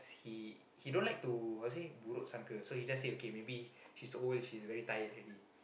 he he don't like to how say buruk sangka so he just said okay maybe she's old she's very tired already